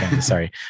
sorry